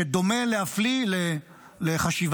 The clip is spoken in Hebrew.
שדומה להפליא לחשיבה,